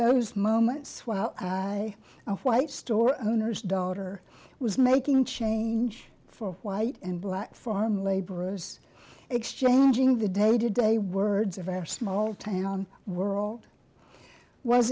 those moments while i and white store owners daughter was making change for white and black farm laborers exchanging the day to day words of our small town world was